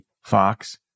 Fox